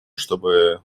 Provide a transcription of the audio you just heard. чтобы